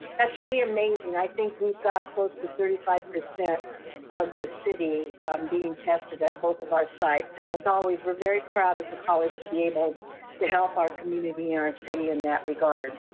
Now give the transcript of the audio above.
that's really amazing. i think we've got close to thirty five percent of the city being tested at both of our sites and there's always, we're very proud as a college to be able to help our community and our city in that regard.